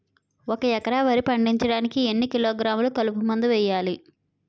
ఒక ఎకర వరి పండించటానికి ఎన్ని కిలోగ్రాములు కలుపు మందు వేయాలి?